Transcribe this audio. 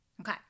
Okay